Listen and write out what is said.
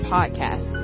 Podcast